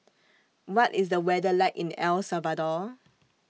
What IS The weather like in El Salvador